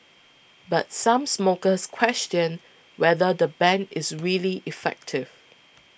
but some smokers question whether the ban is really effective